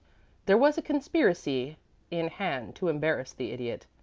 there was a conspiracy in hand to embarrass the idiot.